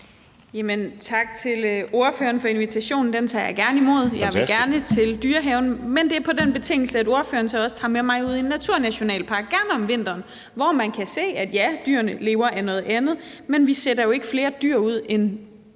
Tak til ordføreren for invitationen. Den tager jeg gerne imod. Jeg vil gerne til Dyrehaven. Men det er på den betingelse, at ordføreren så også tager med mig ud i en naturnationalpark, gerne om vinteren, hvor man kan se, at ja, dyrene lever af noget andet, men vi sætter jo ikke flere dyr ud, end der er